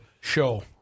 show